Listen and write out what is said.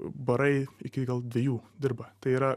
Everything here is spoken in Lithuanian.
barai iki gal dviejų dirba tai yra